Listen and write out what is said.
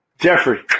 Jeffrey